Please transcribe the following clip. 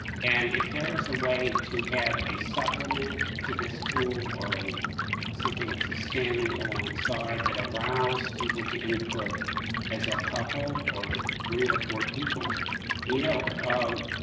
and if there is a way to have a supplement to this tool or a something standing alongside that allows people to input as a couple or three or four people you know, um,